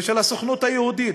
ושל הסוכנות היהודית.